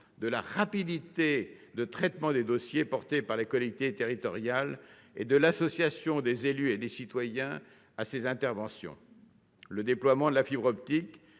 de la rapidité de traitement des dossiers portés par les collectivités territoriales et de l'association des élus et des citoyens à ses interventions. Le déploiement de la fibre optique,